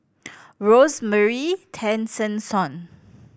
Rosemary Tessensohn